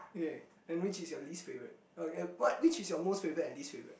and which is your least favorite uh what which is your most favorite and least favorite